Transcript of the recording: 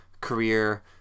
career